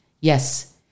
yes